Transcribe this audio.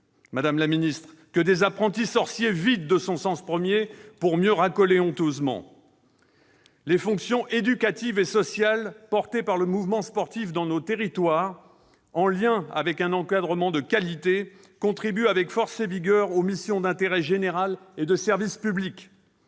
le mot « nation », que des apprentis sorciers vident de son sens premier pour mieux racoler honteusement ? Les fonctions éducatives et sociales portées par le mouvement sportif dans nos territoires, en lien avec un encadrement de qualité, contribuent avec force et vigueur aux missions d'intérêt général et de service public.